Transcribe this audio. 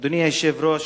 אדוני היושב-ראש,